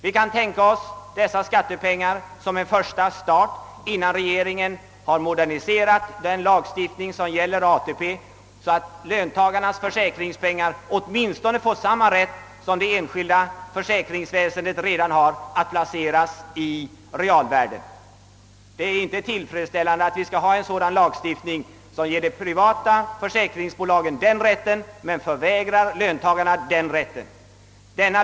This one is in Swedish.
Vi kan tänka oss dessa skattepengar, som nu föreslås, som en första start innan regeringen har moderniserat den lagstiftning som gäller ATP, så att fonderna åtminstone får samma rätt att placera löntagarnas pengar i realvärden som det enskilda försäk ringsväsendet har. Det är inte tillfredsställande att ha en lagstiftning som ger de privata försäkringsbolagen denna rätt men förvägrar löntagarna motsvarande rätt.